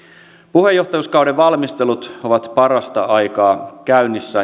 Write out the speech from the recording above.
puheenjohtajuuskauden valmistelut ovat parasta aikaa käynnissä